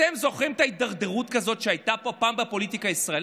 אתם זוכרים שהייתה פה פעם הידרדרות כזאת בפוליטיקה הישראלית?